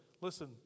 Listen